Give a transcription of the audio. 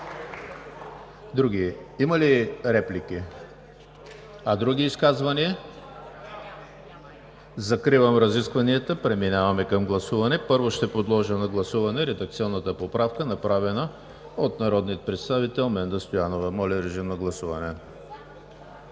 Ахмедов. Има ли реплики? Няма. Други изказвания? Няма. Закривам разискванията. Преминаваме към гласуване. Първо ще подложа на гласуване редакционната поправка, направена от народния представител Менда Стоянова. Гласували